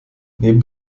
neben